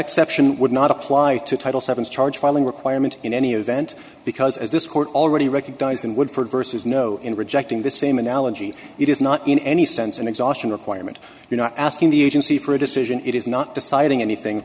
exception would not apply to title seven charge filing requirement in any event because as this court already recognized in woodford vs no in rejecting the same analogy it is not in any sense and exhaustion requirement you're not asking the agency for a decision it is not deciding anything